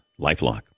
LifeLock